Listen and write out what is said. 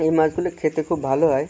এই মাছগুলি খেতে খুব ভালো হয়